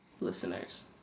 listeners